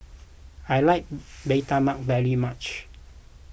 I like Bee Tai Mak very much